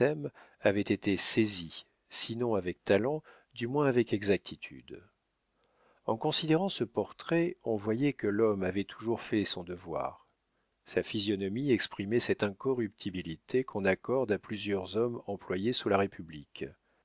avaient été saisis sinon avec talent du moins avec exactitude en considérant ce portrait on voyait que l'homme avait toujours fait son devoir sa physionomie exprimait cette incorruptibilité qu'on accorde à plusieurs hommes employés sous la république